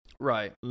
Right